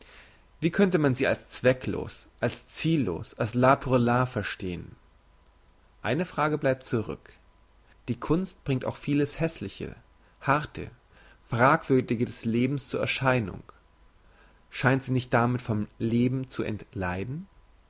wie könnte man sie als zwecklos als ziellos als l'art pour l'art verstehn eine frage bleibt zurück die kunst bringt auch vieles hässliche harte fragwürdige des lebens zur erscheinung scheint sie nicht damit vom leben zu entleiden